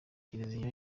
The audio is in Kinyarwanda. kiliziya